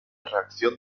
reacción